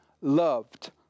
loved